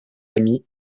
amis